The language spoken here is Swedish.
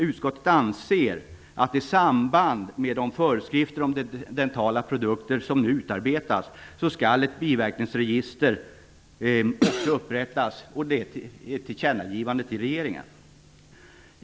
Utskottet anser att i samband med de föreskrifter om dentala produkter som nu utarbetas skall ett biverkningsregister upprättas och man skall ge regeringen ett tillkännagivande.